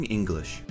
English